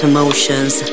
Emotions